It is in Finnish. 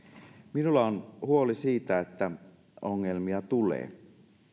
minulla on huoli siitä että ongelmia tulee